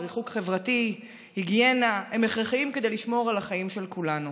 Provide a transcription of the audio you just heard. ריחוק חברתי והיגיינה הם הכרחיים כדי לשמור על החיים של כולנו.